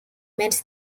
mets